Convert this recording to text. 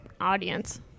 audience